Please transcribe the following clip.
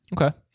Okay